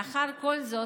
לאחר כל זאת,